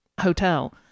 hotel